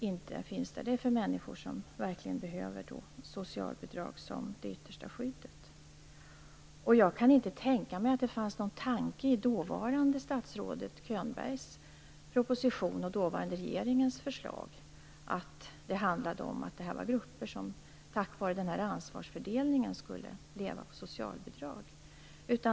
Socialbidraget är till för de människor som verkligen behöver det som det yttersta skyddet. Jag kan inte tro att det fanns någon tanke i dåvarande statsrådet Bo Könbergs proposition och i den dåvarande regeringens förslag om att dessa grupper tack vare denna ansvarsfördelning skulle leva på socialbidrag.